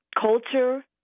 culture